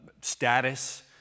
status